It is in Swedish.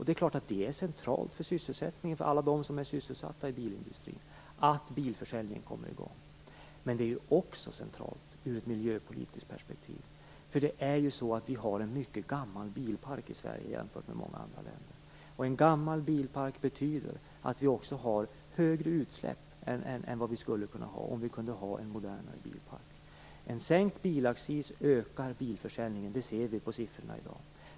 Det är klart att det är centralt för sysselsättningen, för alla dem som är sysselsatta i bilindustrin, att bilförsäljningen kommer i gång. Men det är centralt också ur ett miljöpolitiskt perspektiv, för det är ju så att vi i Sverige i jämförelse med många andra länder har en mycket gammal bilpark. Att vi har en gammal bilpark betyder också att vi har större utsläpp än vad vi skulle kunna ha med en modernare bilpark. En sänkt bilaccis ökar bilförsäljningen, det ser vi på siffrorna i dag.